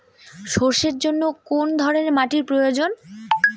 সরষের জন্য কোন ধরনের মাটির প্রয়োজন?